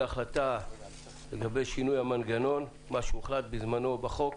החלטה לגבי שינוי המנגנון מה שהוחלט בזמנו בחוק